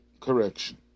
correction